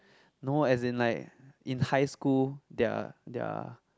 no as in like in high school there are there are